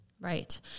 Right